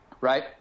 right